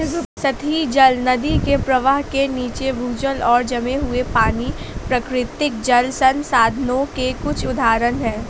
सतही जल, नदी के प्रवाह के नीचे, भूजल और जमे हुए पानी, प्राकृतिक जल संसाधनों के कुछ उदाहरण हैं